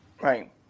Right